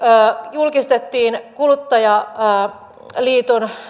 julkistettiin kuluttajaliiton